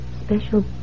Special